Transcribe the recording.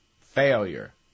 failure